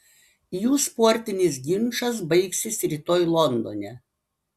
jų sportinis ginčas baigsis rytoj londone